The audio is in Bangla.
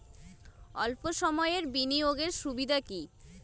অল্প সময়ের বিনিয়োগ এর সুবিধা কি?